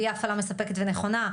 לא מספקת ונכונה,